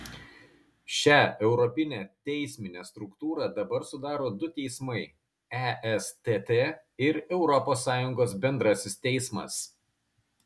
šią europinę teisminę struktūrą dabar sudaro du teismai estt ir europos sąjungos bendrasis teismas